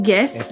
Yes